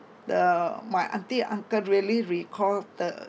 the my aunty uncle really recall the